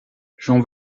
jean